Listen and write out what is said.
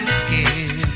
skin